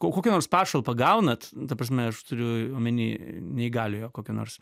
o kokią nors pašalpą gaunat ta prasme aš turiu omeny neįgaliojo kokio nors